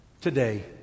today